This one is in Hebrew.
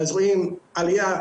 אז רואים עליה,